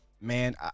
Man